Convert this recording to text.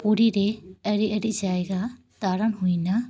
ᱯᱩᱨᱤᱨᱮ ᱟᱹᱰᱤ ᱟᱹᱰᱤ ᱡᱟᱭᱜᱟ ᱫᱟᱬᱟᱱ ᱦᱩᱭ ᱮᱱᱟ